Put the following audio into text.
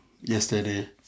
yesterday